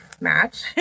match